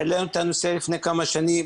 העלינו את הנושא לפני כמה שנים,